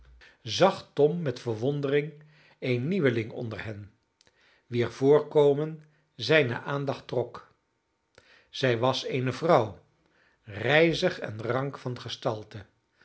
met verwondering een nieuweling onder hen wier voorkomen zijne aandacht trok zij was eene vrouw rijzig en rank van gestalte